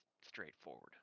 straightforward